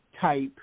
type